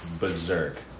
berserk